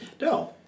No